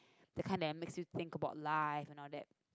the kind that makes you think about life and all that